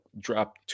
drop